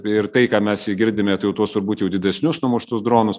ir tai ką mes girdime turbūt jau didesnius numuštus dronus